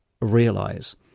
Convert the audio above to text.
realize